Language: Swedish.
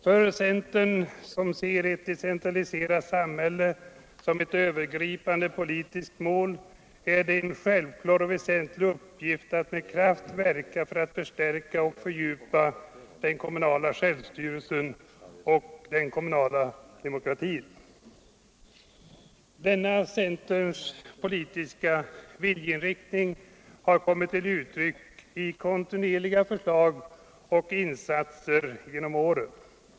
För centern, som ser ett decentraliserat samhälle som ett övergripande politiskt mål, är det en självklar och väsentlig uppgift att med kraft verka för att förstärka och fördjupa den kommunala självstyrelsen och den kommunala demokratin. , Denna centerns politiska viljeinriktning har kommit till uttryck i kontinuerliga förslag och insatser genom åren.